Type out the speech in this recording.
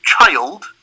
child